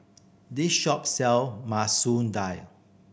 this shop sell Masoon Dal